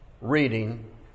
reading